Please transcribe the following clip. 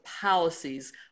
policies